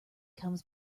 comes